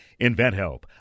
InventHelp